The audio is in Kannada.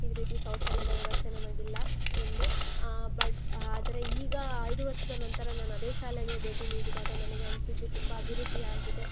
ಈ ರೀತಿ ಶೌಚಾಲಯದ ವ್ಯವಸ್ಥೆ ನಮಗಿಲ್ಲ ಎಂದು ಬಟ್ ಆದರೆ ಈಗ ಐದು ವರ್ಷದ ನಂತರ ನಾನು ಅದೇ ಶಾಲೆಗೆ ಭೇಟಿ ನೀಡಿದಾಗ ನನಗೆ ಅನಿಸಿದ್ದು ತುಂಬ ಅಭಿವೃದ್ಧಿಯಾಗಿದೆ